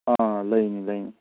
ꯑꯥ ꯂꯩꯅꯤ ꯂꯩꯅꯤ